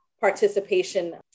participation